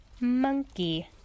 Monkey